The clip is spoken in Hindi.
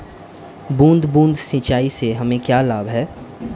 बूंद बूंद सिंचाई से हमें क्या लाभ है?